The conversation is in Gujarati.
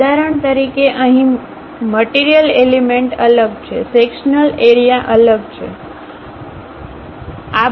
ઉદાહરણ તરીકે અહીં મટીરીયલ એલિમેન્ટ અલગ છે સેક્શન્લ એરીઆ અલગ છે સેક્શન્લ એરીઆ અલગ છે સેક્શન્લ એરીઆ અલગ છે